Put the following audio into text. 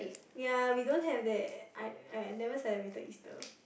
ya we don't have that I I never celebrated Easter